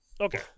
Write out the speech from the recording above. okay